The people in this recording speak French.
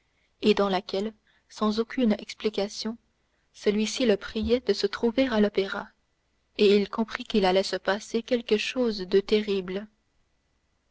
et dans laquelle sans autre explication celui-ci le priait de se trouver à l'opéra et il comprit qu'il allait se passer quelque chose de terrible